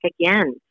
again